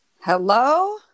Hello